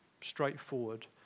straightforward